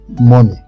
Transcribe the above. money